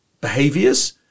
behaviors